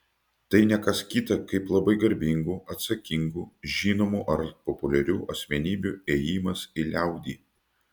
tai ne kas kita kaip labai garbingų atsakingų žinomų ar populiarių asmenybių ėjimas į liaudį